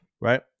Right